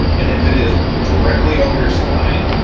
and if it is directly over your spine,